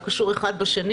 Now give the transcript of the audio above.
לא קשור אחד בשני?